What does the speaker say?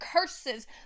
curses